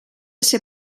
ser